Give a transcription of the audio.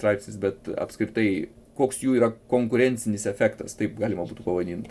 straipsnis bet apskritai koks jų yra konkurencinis efektas taip galima būtų pavadint